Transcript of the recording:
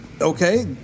okay